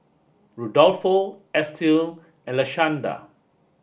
Rudolfo Estill and Lashanda